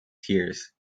tears